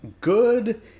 good